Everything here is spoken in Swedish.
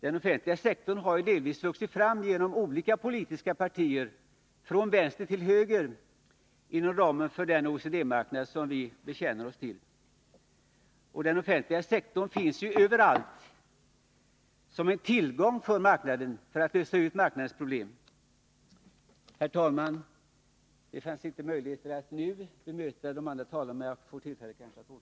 Den offentliga sektorn har ju delvis vuxit fram med hjälp av olika politiska partier, från vänster till höger, inom ramen för den OECD-marknad som vi bekänner oss till. Och den offentliga sektorn finns ju överallt, som en tillgång för marknaden för att lösa marknadens problem. Herr talman! Det fanns inte möjligheter att nu bemöta de andra talarna, men jag får kanske tillfälle att återkomma.